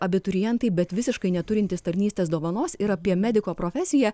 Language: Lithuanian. abiturientai bet visiškai neturintys tarnystės dovanos ir apie mediko profesiją